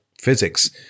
physics